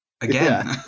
again